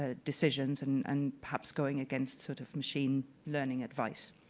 ah decisions and and perhaps going against sort of machine learning advice.